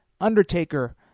Undertaker